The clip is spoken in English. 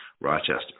Rochester